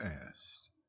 asked